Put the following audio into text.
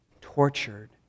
tortured